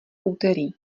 úterý